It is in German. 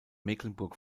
mecklenburg